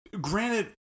granted